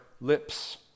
lips